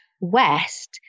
West